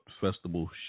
festival